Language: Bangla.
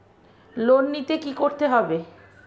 লোন নিতে কী করতে হবে?